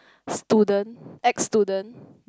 student ex student